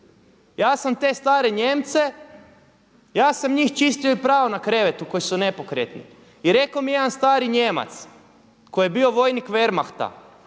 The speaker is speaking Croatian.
ja sam te stare Nijemce ja sam njih čistio i prao na krevetu koji su nepokretni. I rekao mi je jedan stari Nijemac koji je bio vojnik Wehrmachta,